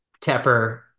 Tepper